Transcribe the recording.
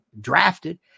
drafted